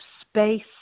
space